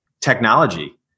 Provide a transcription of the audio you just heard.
technology